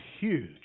huge